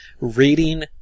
reading